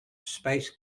space